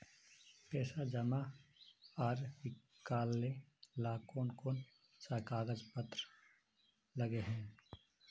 पैसा जमा आर निकाले ला कोन कोन सा कागज पत्र लगे है?